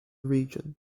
region